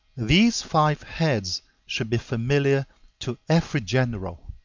these five heads should be familiar to every general